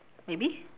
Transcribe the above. maybe